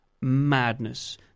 madness